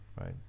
Right